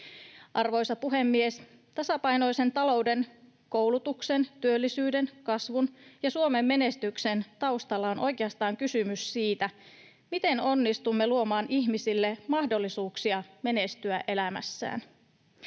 Arvoisa puhemies! Tasapainoisen talouden, koulutuksen, työllisyyden, kasvun ja Suomen menestyksen taustalla on oikeastaan kysymys siitä, miten onnistumme luomaan ihmisille mahdollisuuksia menestyä elämässään.